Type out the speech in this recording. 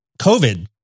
COVID